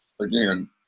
again